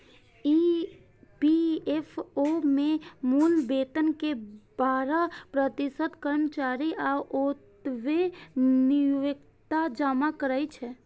EPFO मे मूल वेतन के बारह प्रतिशत कर्मचारी आ ओतबे नियोक्ता जमा करै छै